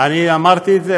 אני אמרתי את זה?